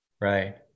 Right